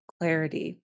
clarity